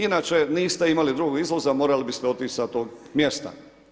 Inače niste imali drugog izlaza morali biste otić sa tog mjesta.